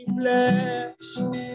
blessed